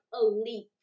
elite